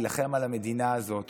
להילחם על המדינה הזאת